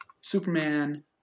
Superman